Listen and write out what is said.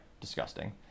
disgusting